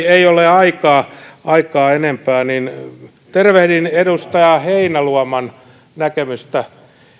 ei ole aikaa aikaa enempää tervehdin edustaja heinäluoman näkemystä